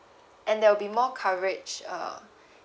and there will be more coverage uh